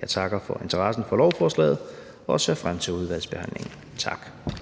Jeg takker for interessen for lovforslaget og ser frem til udvalgsbehandlingen. Tak.